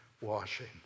washing